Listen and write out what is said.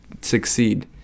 succeed